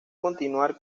continuar